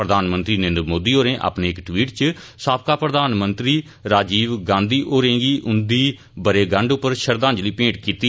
प्रधानमंत्री नरेन्द्र मोदी होरें अपने इक टवीट च साबका प्रधानमंत्री राजीव गांधी होरें गी उन्दे बरे गंड पर श्रद्वांजलि भेंट कीती